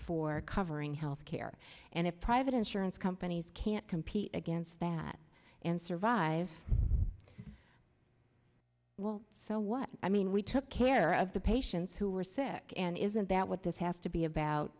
for covering health care and if private insurance companies can't compete against that and survive the well so what i mean we took care of the patients who were sick and isn't that what this has to be about